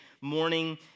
morning